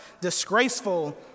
disgraceful